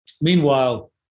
meanwhile